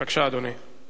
בבקשה, אדוני.